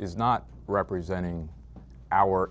is not representing our